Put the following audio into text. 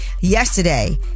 yesterday